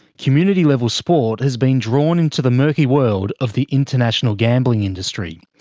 community level sport has been drawn into the murky world of the international gambling industry.